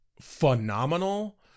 phenomenal